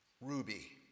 ruby